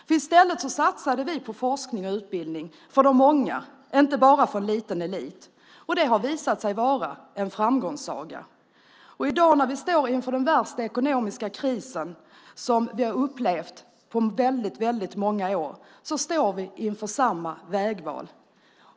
I stället satsade vi på forskning och utbildning för de många, inte bara för en liten elit, och det har visat sig vara en framgångssaga. När vi i dag befinner oss i den värsta ekonomiska kris som vi har upplevt på väldigt många år står vi inför samma vägval.